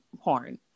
porn